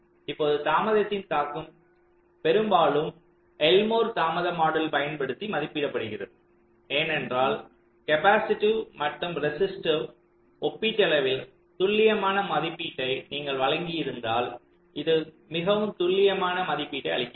இப்போது தாமதத்தின் தாக்கம் பெரும்பாலும் எல்மோர் தாமத மாடல் பயன்படுத்தி மதிப்பிடப்படுகிறது ஏனென்றால் கேப்பாசிட்டிவ் மற்றும் ரெசிஸ்டிவ் ஒப்பீட்டளவில் துல்லியமான மதிப்பீட்டை நீங்கள் வழங்கியிருந்தால் இது மிகவும் துல்லியமான மதிப்பீட்டை அளிக்கிறது